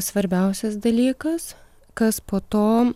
svarbiausias dalykas kas po to